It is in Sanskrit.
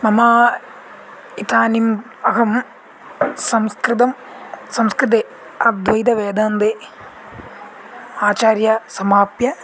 मम इदानीम् अहं संस्कृतं संस्कृते अद्वैतवेदान्ते आचार्यं समाप्य